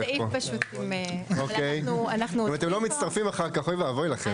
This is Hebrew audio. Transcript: אותו סעיף פשוט עם --- אם אתם לא מצטרפים אחר כך אוי ואבוי לכם.